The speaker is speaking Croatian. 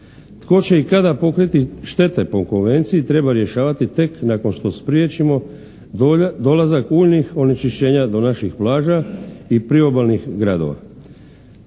ŽTko će i kada pokriti štete po konvenciji treba rješavati tek nakon što spriječimo dolazak uljnih onečišćenja do naših plaža i priobalnih gradova.